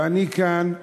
ואני כאן כדי